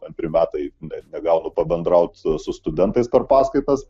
antri metai ne negaunu pabendraut su studentais per paskaitas